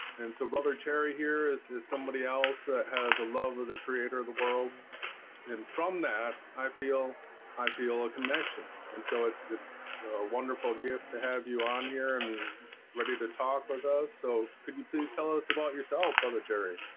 and so brother cherry here is is somebody else has a love of the creator of the world and from that i feel i feel a connection and so it's it's a wonderful gift to have you on here and ready to talk with us. so could you please tell us about yourself other jerry?